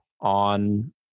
on